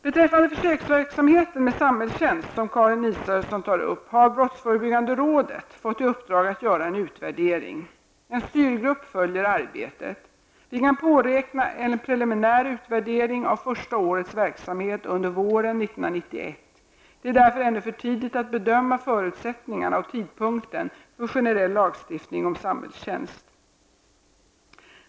Beträffande försöksverksamheten med samhällstjänst, som Karin Israelsson tar upp, har brottsförebyggande rådet fått i uppdrag att göra en utvärdering. En styrgrupp följer arbetet. Vi kan påräkna en preliminär utvärdering av första årets verksamhet under våren 1991. Det är därför ännu för tidigt att bedöma förutsättningarna och tidpunkten för generell lagstiftning om samhällstjänst.